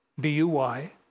B-U-Y